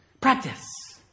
Practice